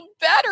better